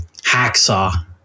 Hacksaw